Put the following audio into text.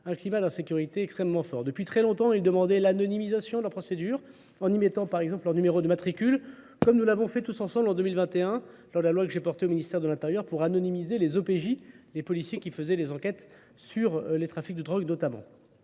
un climat d'insécurité extrêmement fort. Depuis très longtemps, ils demandaient l'anonymisation de la procédure en y mettant par exemple leur numéro de matricule comme nous l'avons fait tous ensemble en 2021 dans la loi que j'ai portée au ministère de l'Intérieur pour anonymiser les OPJ, les policiers qui faisaient les enquêtes sur les trafics de drogue notamment.